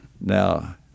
Now